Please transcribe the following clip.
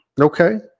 Okay